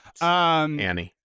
Annie